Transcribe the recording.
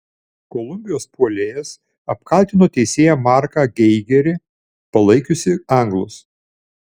kolumbijos puolėjas apkaltino teisėją marką geigerį palaikiusį anglus